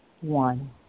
one